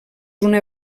una